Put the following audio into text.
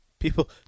People